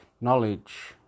knowledge